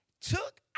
took